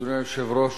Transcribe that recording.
אדוני היושב-ראש,